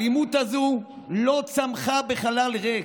האלימות הזו לא צמחה בחלל ריק.